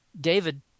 David